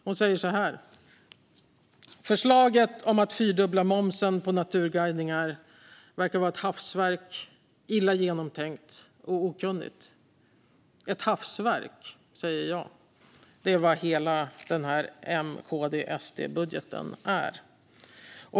Hon säger så här: "Förslaget om att fyrdubbla momsen på naturguidningar verkar vara ett hafsverk, illa genomtänkt och okunnigt." Ett hafsverk, säger även jag. Det är vad hela den här M-KD-SD-budgeten är.